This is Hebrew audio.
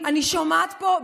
אני מצטערת,